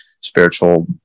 spiritual